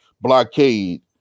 blockade